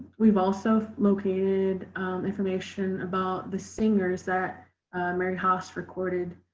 we've also located information about the singers that mary haas recorded